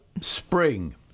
spring